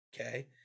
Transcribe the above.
okay